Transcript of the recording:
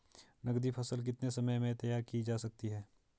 नगदी फसल कितने समय में तैयार की जा सकती है?